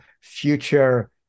future